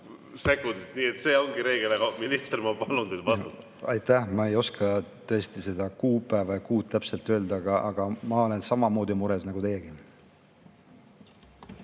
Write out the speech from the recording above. sekundit. Nii et see ongi reegel. Aga minister, ma palun teil vastata. (Naerab.) Aitäh! Ma ei oska tõesti seda kuupäeva ja kuud täpselt öelda, aga ma olen samamoodi mures nagu teiegi.